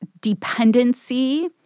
dependency